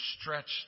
stretched